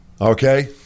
Okay